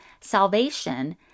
salvation